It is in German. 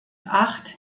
acht